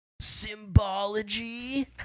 symbology